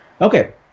Okay